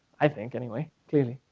i think anyway, clearly.